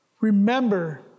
remember